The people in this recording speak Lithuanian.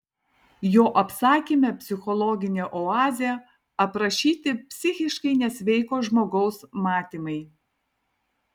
jo apsakyme psichologinė oazė aprašyti psichiškai nesveiko žmogaus matymai